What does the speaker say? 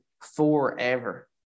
forever